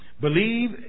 believe